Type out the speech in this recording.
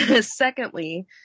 Secondly